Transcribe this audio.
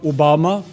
Obama